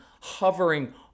hovering